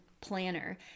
planner